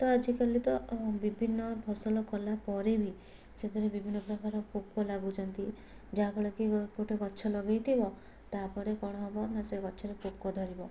ତ ଆଜିକାଲି ତ ଅ ବିଭିନ୍ନ ଫସଲ କଲା ପରେ ବି ସେଇଥିରେ ବିଭିନ୍ନ ପ୍ରକାର ପୋକ ଲାଗୁଛନ୍ତି ଯାହାଫଳେ କି ଗୋଟେ ଗଛ ଲଗାଇଥିବ ତାପରେ କ'ଣ ହେବ ନା ସେ ଗଛରେ ପୋକ ଧରିବ